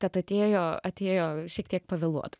kad atėjo atėjo šiek tiek pavėluot